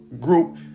group